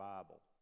Bible